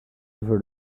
over